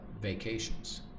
vacations